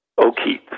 O'Keefe